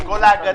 את כל ההגנה.